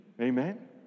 Amen